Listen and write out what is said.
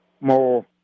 more